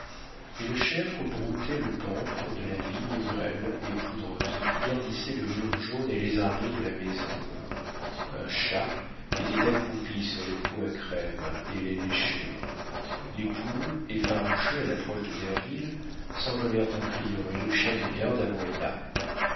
une chèvre broutait le pampre de la vigne grêle et poudreuse qui garnissait le mur jaune et lézardé de la maison un chat était accroupi sur les pots à crème et les léchait les poules effarouchées à l'approche de derville s'envolèrent en criant et le chien de garde